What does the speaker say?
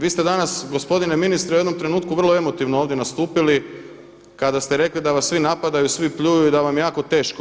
Vi ste danas gospodine ministre u jednom trenutku vrlo emotivno ovdje nastupili kada ste rekli da vas svi napadaju, svi pljuju i da vam je jako teško.